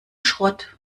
schrott